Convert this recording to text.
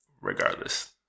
regardless